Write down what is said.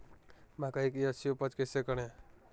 मकई की अच्छी उपज कैसे करे?